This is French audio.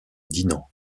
dinant